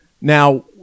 Now